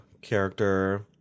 character